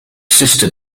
sister